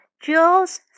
Jules